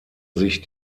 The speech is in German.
sich